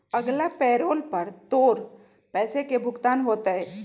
अगला पैरोल पर तोर पैसे के भुगतान होतय